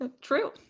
True